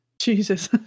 Jesus